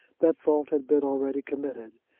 that fault had been already committed.